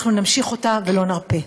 אנחנו נמשיך אותה ולא נרפה.